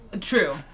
True